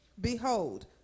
Behold